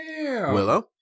Willow